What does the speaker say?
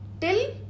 till